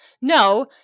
No